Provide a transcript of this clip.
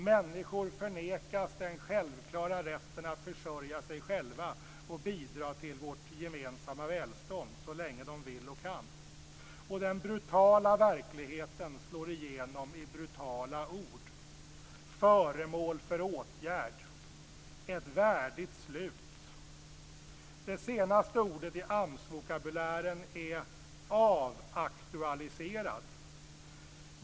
Människor förnekas den självklara rätten att försörja sig själva och bidra till vårt gemensamma välstånd så länge de vill och kan. Den brutala verkligheten slår igenom i brutala ord - föremål för åtgärd, ett värdigt slut. Det senaste ordet i AMS-vokabulären är avaktualiserad.